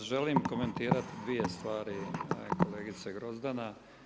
Pa želim komentirati dvije stvari kolegice Grozdana.